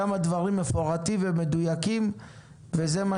שם הדברים מפורטים ומדויקים וזה מה